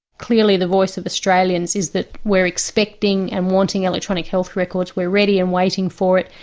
clearly the voice of australians is that we're expecting and wanting electronic health records, we're ready and waiting for it,